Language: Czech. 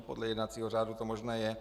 Podle jednacího řádu to možné je.